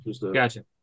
gotcha